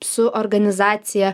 su organizacija